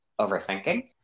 overthinking